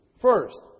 First